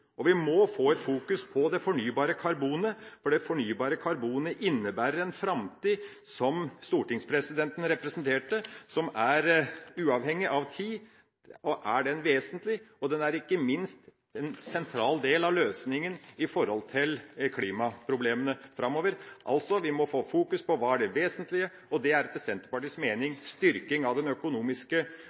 Vi må få et fokus på det fornybare karbonet, for det fornybare karbonet innebærer en framtid, som stortingspresidenten representerte, som er uavhengig av tid, vesentlig, og den er ikke minst en sentral del av løsningen når det gjelder klimaproblemene framover. Altså: Vi må få fokus på hva som er det vesentlige. Det er etter Senterpartiets mening styrking av den økonomiske